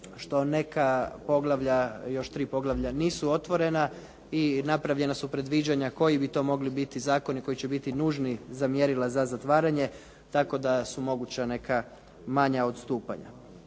što neka 3 poglavlja još nisu otvorena i napravljena su predviđanja koji bi to mogli biti zakoni koji će biti nužni za mjerila za zatvaranje, tako da su moguća neka manja odstupanja.